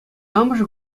амӑшӗ